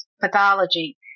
Pathology